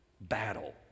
battle